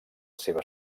seva